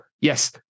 yes